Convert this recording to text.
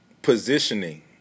Positioning